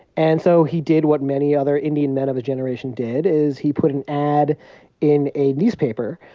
and so he did what many other indian men of the generation did, is he put an ad in a newspaper.